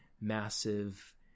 massive